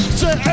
say